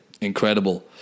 Incredible